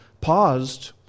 paused